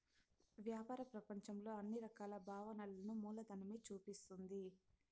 వ్యాపార ప్రపంచంలో అన్ని రకాల భావనలను మూలధనమే చూపిస్తుంది